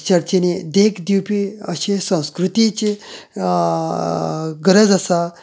चर्चींनी देख दिवपी अशी संस्कृतींचे गरज आसा